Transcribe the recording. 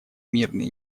мирные